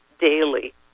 daily